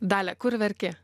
dalia kur verki